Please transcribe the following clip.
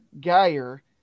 Geyer